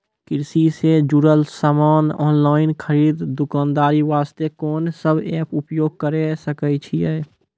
कृषि से जुड़ल समान ऑनलाइन खरीद दुकानदारी वास्ते कोंन सब एप्प उपयोग करें सकय छियै?